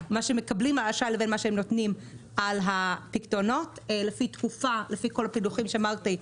מקבלים באשראי לבין מה שהם נותנים על הפיקדונות לפי כל הפילוחים שאמרתי,